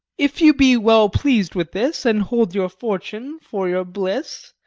if you be well pleas'd with this, and hold your fortune for your bliss,